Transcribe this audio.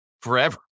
forever